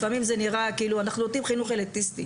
לפעמים זה נראה כאילו אנחנו נותנים חינוך אליטיסטי,